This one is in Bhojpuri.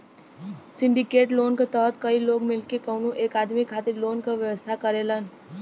सिंडिकेट लोन क तहत कई लोग मिलके कउनो एक आदमी खातिर लोन क व्यवस्था करेलन